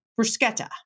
bruschetta